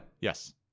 Yes